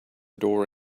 door